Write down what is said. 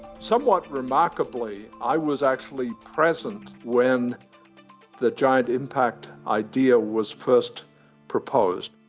somewhat remarkably i was actually present when the giant impact idea was first proposed.